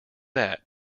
that